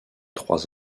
trois